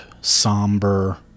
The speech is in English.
somber